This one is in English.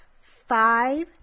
five